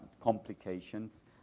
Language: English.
complications